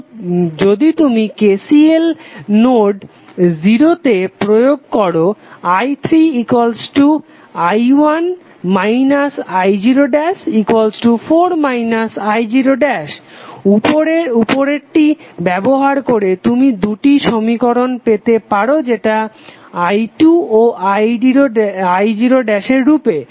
তো যদি তুমি KCL নোড 0 তে প্রয়োগ করো i3i1 i04 i0 উপরেরটি ব্যবহার করে তুমি দুটি সমীকরণ পেতে পারো যেটা i2 ও i0 রূপে